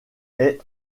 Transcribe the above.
est